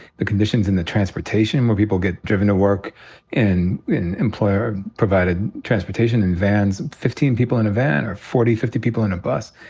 the conditions in the transportation where people get driven to work in in employer provided transportation, in vans, fifteen people in a van or forty, fifty people in a bus,